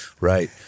Right